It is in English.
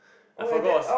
I forgot what's